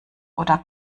oder